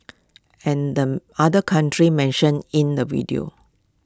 and the other country mentioned in the video